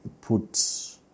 put